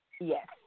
Yes